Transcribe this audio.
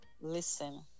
listen